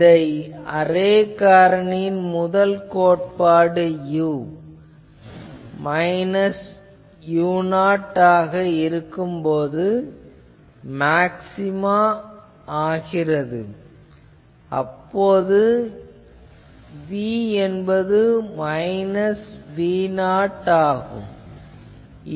இந்த அரே காரணியின் முதல் கோட்பாடு u என்பது மைனஸ் u0 ஆக இருக்கும்போது மேக்ஸ்சிமா ஆகிறது அப்போது v என்பது மைனஸ் v0 ஆகும்